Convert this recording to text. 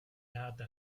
pirata